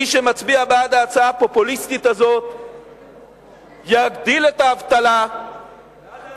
מי שמצביע בעד ההצעה הפופוליסטית הזאת יגדיל את האבטלה ויפגע